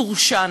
תורשענה.